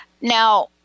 Now